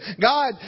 God